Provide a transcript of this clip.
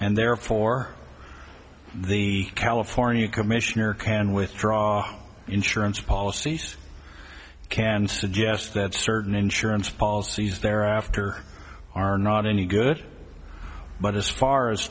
and therefore the california commissioner can withdraw insurance policies can suggest that certain insurance policies thereafter are not any good but as far as